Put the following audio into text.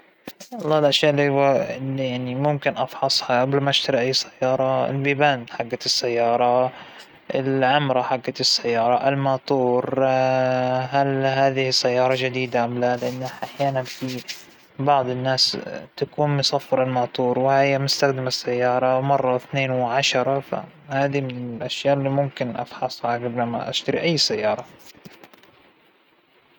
أول شى بنتأكد من الحالة العامة للسيارة أولل- للدراجة، ماتورها كيفه، العجلات كل شى فيها يكون تمام، ساوت حوادث من قبل ولالا، كيفها على الطريق ثابتة ولا تتهز، كل هاى الشغلات اللى بتاثر على على إختيارك للسيارة أو الدراجه.